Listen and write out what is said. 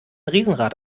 riesenrad